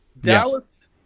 Dallas